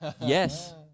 Yes